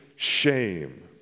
Shame